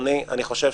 אני חושבת